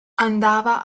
andava